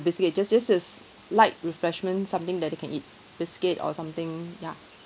biscuit just just is light refreshment something that they can eat biscuit or something ya